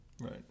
right